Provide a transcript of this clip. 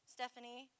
Stephanie